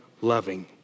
loving